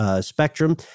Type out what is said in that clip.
spectrum